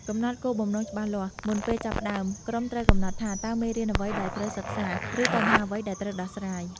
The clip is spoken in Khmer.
កំណត់គោលបំណងច្បាស់លាស់ មុនពេលចាប់ផ្តើម ក្រុមត្រូវកំណត់ថា តើមេរៀនអ្វីដែលត្រូវសិក្សា ឬបញ្ហាអ្វីដែលត្រូវដោះស្រាយ។